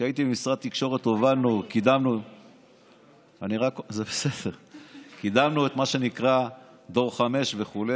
כשהייתי במשרד התקשורת הובלנו וקידמנו את מה שנקרא דור 5 וכו',